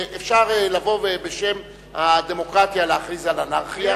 אפשר לבוא ובשם הדמוקרטיה להכריז על אנרכיה.